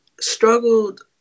struggled